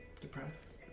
Depressed